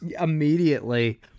immediately